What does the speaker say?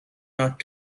not